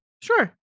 Sure